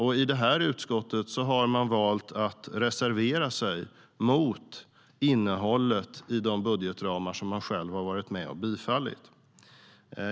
I detta utskott har de valt att reservera sig mot innehållet i de budgetramar som de själva har varit med och bifallit.